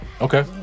Okay